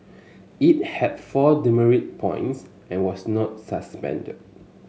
it had four demerit points and was not suspended